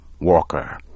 Walker